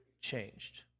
changed